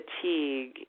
fatigue